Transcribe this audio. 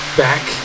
back